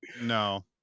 no